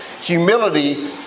Humility